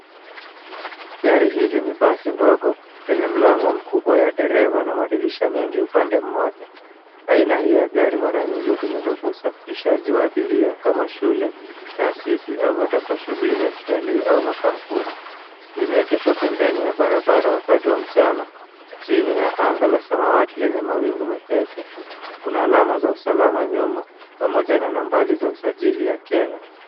Gari hili ni basi ndogo lenye mlango mkubwa ya dereva na madirisha mengi upande mmoja. Aina hii ya gari mara nyingi hutumika kwa usafirishaji wa abiria kama shule, taasisi au hata kwa shughuli za kitalii au makampuni. Limeegeshwa pembeni ya barabara wakati wa mchana. Chini ya anga la samawti lenye mawingu mepesi kuna alama za usalama nyuma pamoja na nambari za usajili ya Kenya.